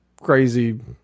crazy